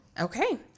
Okay